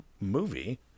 movie